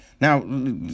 now